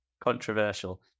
Controversial